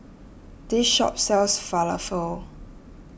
this shop sells Falafel